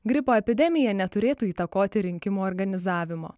gripo epidemija neturėtų įtakoti rinkimų organizavimo